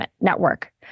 network